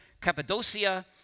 Cappadocia